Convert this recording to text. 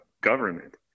government